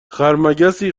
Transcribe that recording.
خرمگسی